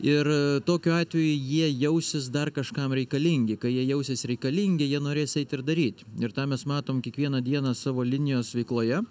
ir tokiu atveju jie jausis dar kažkam reikalingi kai jie jausis reikalingi jie norės eit ir daryt ir tą mes matom kiekvieną dieną savo linijos veikloje